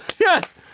Yes